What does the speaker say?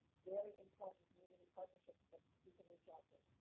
very important community partnerships that you can reach out to.